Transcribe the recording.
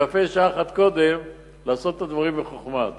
ויפה שעה אחת קודם לעשות את הדברים בחוכמה.